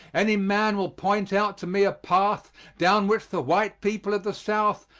any man will point out to me a path down which the white people of the south,